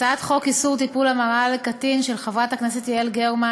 הצעת חוק איסור טיפול המרה לקטין של חברת הכנסת יעל גרמן